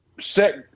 set